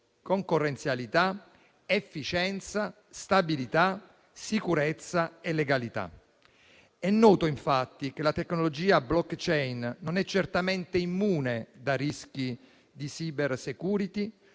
concorrenzialità, efficienza, stabilità, sicurezza e legalità. È noto infatti che la tecnologia *blockchain* non è certamente immune da rischi di *cyber security*,